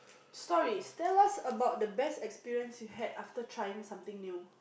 stories tell us about the best experience you had after trying something new